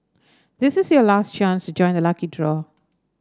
this is your last chance to join the lucky draw